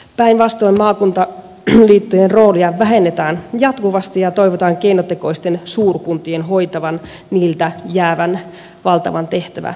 päinvastoin maakuntaliittojen roolia vähennetään jatkuvasti ja toivotaan keinotekoisten suurkuntien hoitavan niiltä jäävän valtavan tehtävämäärän